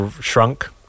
shrunk